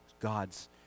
God's